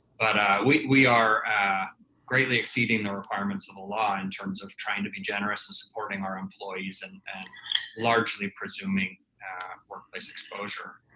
we are greatly exceeding the requirements of the law in terms of trying to be generous and supporting our employees and and largely presuming workplace exposure.